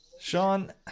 Sean